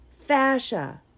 Fascia